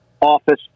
Office